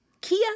Kia